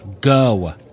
go